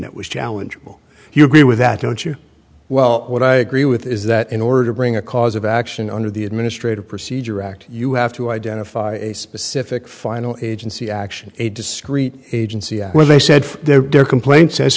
that was challengeable you agree with that don't you well what i agree with is that in order to bring a cause of action under the administrative procedure act you have to identify a specific final agency action a discreet agency where they said their complaint